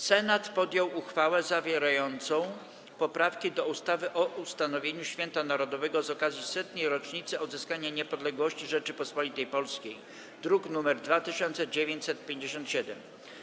Senat podjął uchwałę zawierającą poprawki do ustawy o ustanowieniu Święta Narodowego z okazji Setnej Rocznicy Odzyskania Niepodległości Rzeczypospolitej Polskiej, druk nr 2957.